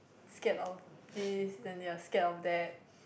scared of this then they are scared of that